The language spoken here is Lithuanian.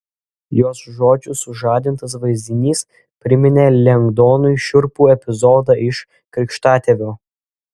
jos žodžių sužadintas vaizdinys priminė lengdonui šiurpų epizodą iš krikštatėvio